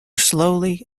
slowly